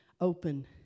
open